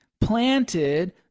planted